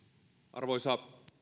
arvoisa